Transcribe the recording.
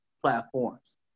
platforms